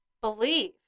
believe